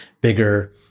bigger